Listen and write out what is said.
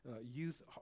youth